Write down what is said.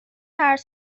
اینقدر